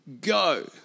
Go